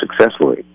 successfully